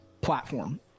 platform